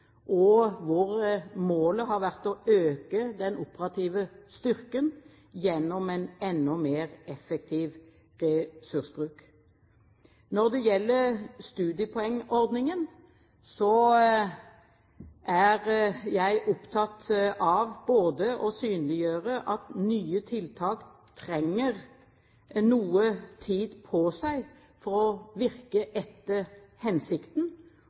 målet har vært å øke den operative styrken gjennom en enda mer effektiv ressursbruk. Når det gjelder studiepoengordningen, er jeg opptatt av å synliggjøre at nye tiltak trenger noe tid på seg for å virke etter hensikten,